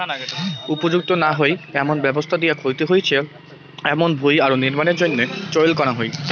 উপযুক্ত না হই এমন ব্যবস্থা দিয়া ক্ষতি হইচে এমুন ভুঁই আরো নির্মাণের জইন্যে চইল করাঙ হই